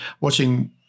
watching